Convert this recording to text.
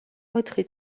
ოთხი